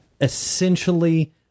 essentially